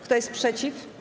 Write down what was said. Kto jest przeciw?